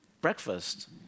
breakfast